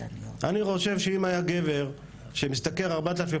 אני חושב שאם היה גבר שמשתכר 4,000,